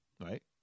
Right